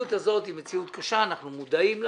המציאות הזאת היא מציאות קשה ואנחנו מודעים לה.